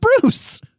Bruce